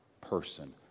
person